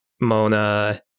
Mona